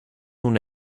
una